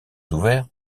ouverts